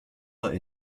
are